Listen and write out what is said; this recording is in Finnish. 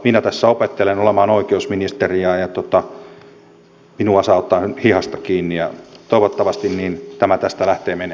minä tässä opettelen olemaan oikeusministeri ja minua saa ottaa hihasta kiinni toivottavasti tämä tästä lähtee menemään